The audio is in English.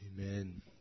Amen